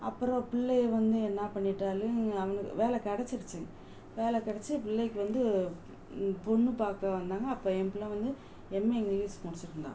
அப்புறம் பிள்ளையை வந்து என்ன பண்ணிட்டாளுங்க அவளுங்க வேலை கிடச்சிருச்சு வேலை கிடச்சி பிள்ளைக்கு வந்து பொண்ணு பார்க்க வந்தாங்கள் அப்போ என் பிள்ள வந்து எம்ஏ இங்கிலீஷ் முடிச்சிருந்தான்